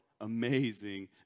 amazing